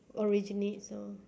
originates oh